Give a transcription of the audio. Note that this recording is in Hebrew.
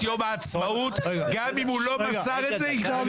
יום העצמאות גם אם הוא לא מסר את מספר הטלפון שלו.